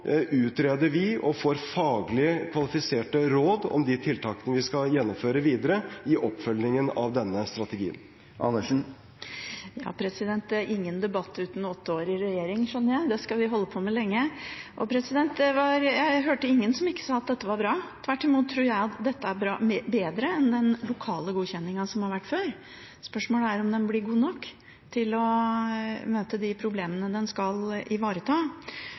får faglig kvalifiserte råd om de tiltakene vi skal gjennomføre videre i oppfølgingen av denne strategien. Det er ingen debatt uten åtte år i regjering, skjønner jeg. Det skal vi holde på med lenge. Jeg hørte ingen som sa at dette ikke var bra. Tvert imot tror jeg dette er bedre enn den lokale godkjenninga som har vært før. Spørsmålet er om den blir god nok til å møte de problemene den skal ivareta.